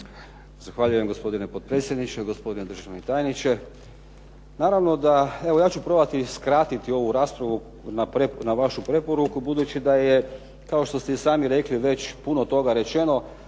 Zahvaljujem, gospodine potpredsjedniče. Gospodine državni tajniče. Naravno da, evo ja ću probati skratiti ovu raspravu na vašu preporuku budući da je kao što ste i sami rekli već puno toga rečeno,